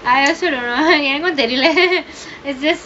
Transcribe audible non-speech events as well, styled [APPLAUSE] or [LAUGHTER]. I also don't எனக்கும் தெரியல:enakkum theriyala [LAUGHS] it's just